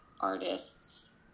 artists